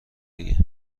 دیگه